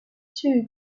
two